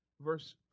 Verse